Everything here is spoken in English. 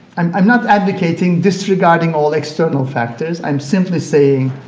i'm i'm not advocating disregarding all external factors. i'm simply saying